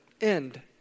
end